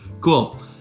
Cool